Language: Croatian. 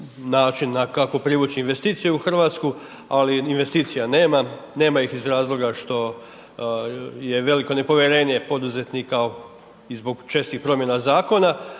način kako privući investicije u Hrvatsku, ali investicija nema, nema ih iz razloga što je veliko nepovjerenje poduzetnika i zbog čestih promjena zakona,